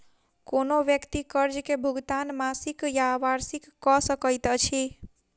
कोनो व्यक्ति कर्ज के भुगतान मासिक या वार्षिक कअ सकैत अछि